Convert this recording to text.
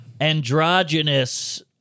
androgynous